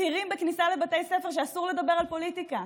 מזהירים בכניסה לבתי ספר שאסור לדבר על פוליטיקה.